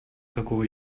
какого